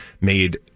made